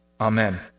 amen